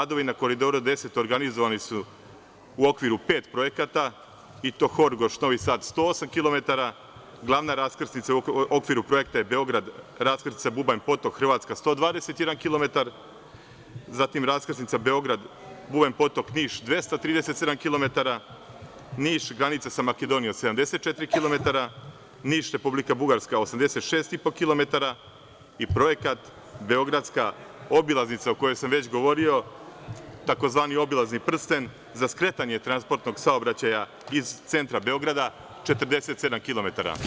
Radovi na Koridoru 10 organizovani su u okviru pet projekata i to Horgoš–Novi Sad 108 kilometara, glavna raskrsnica u okviru projekta je Beograd, raskrsnica Bubanj potok–Hrvatska 121 kilometar, zatim raskrsnica Beograd–Bubanj potok–Niš 237 kilometara, Niš-granica sa Makedonijom 74 kilometara, Niš–Republika Bugarska 86,5 kilometara i projekat beogradska obilaznica o kojoj sam već govorio tzv. obilazni prsten za skretanje transportnog saobraćaja iz centra Beograda 47 kilometara.